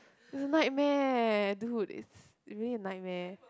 will nightmare eh do it's really a nightmare